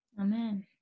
Amen